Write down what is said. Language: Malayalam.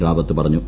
റാവത്ത് പറഞ്ഞു